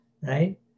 right